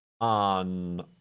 on